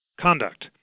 conduct